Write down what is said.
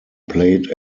played